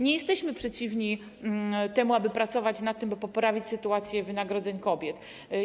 Nie jesteśmy przeciwni temu, aby pracować nad tym, by poprawić sytuację odnośnie do wynagrodzeń kobiet.